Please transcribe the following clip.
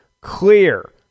clear